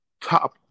Top